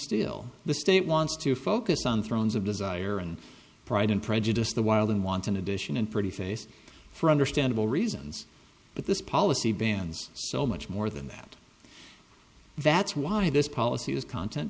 steel the state wants to focus on thrones of desire and pride and prejudice the wild and wanton edition and pretty face for understandable reasons but this policy bans so much more than that that's why this policy is content